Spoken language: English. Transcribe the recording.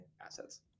assets